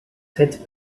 faites